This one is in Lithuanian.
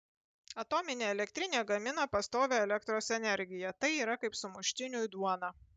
atominė elektrinė gamina pastovią elektros energiją tai yra kaip sumuštiniui duona